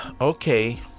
okay